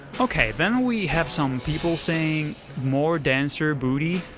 ok, then we have some people saying more dancer booty.